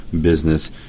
business